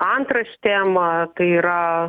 antraštėm tai yra